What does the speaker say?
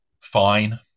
fine